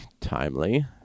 timely